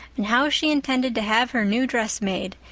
and how she intended to have her new dress made,